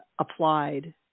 applied